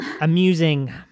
amusing